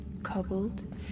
cobbled